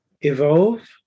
evolve